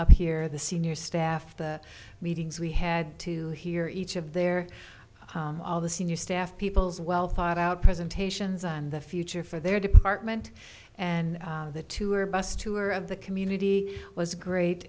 up here the senior staff the meetings we had to hear each of their all the senior staff people's well thought out presentations on the future for their department and the two or a bus tour of the community was great